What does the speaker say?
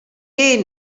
aon